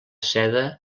seda